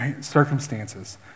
Circumstances